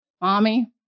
Mommy